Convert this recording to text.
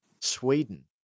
Sweden